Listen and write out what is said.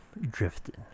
drifting